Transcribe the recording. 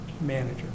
manager